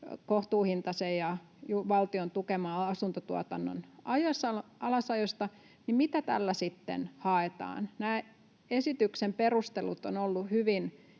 kohtuuhintaisen ja valtion tukeman asuntotuotannon alasajosta, niin mitä tällä sitten haetaan? Nämä esityksen perustelut ovat olleet hyvin